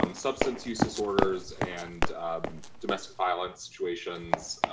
um substance use disorders and domestic violence situations